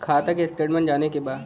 खाता के स्टेटमेंट जाने के बा?